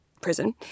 prison